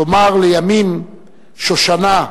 תאמר לימים שושנה,